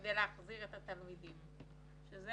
כדי להחזיר את התלמידים, שזה